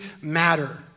matter